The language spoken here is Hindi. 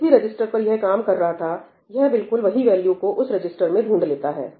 जिस भी रजिस्टर पर यह काम कर रहा था यह बिल्कुल वही वैल्यू को उस रजिस्टर मे ढूंढ लेता है